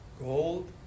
Gold